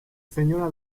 señora